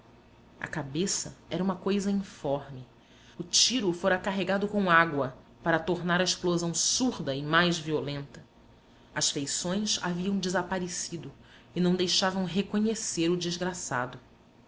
a cabeça era uma coisa informe o tiro fora carregado com água para tornar a explosão surda e mais violenta as feições haviam desaparecido e não deixavam reconhecer o desgraçado